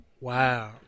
Wow